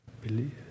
believe